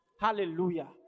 Hallelujah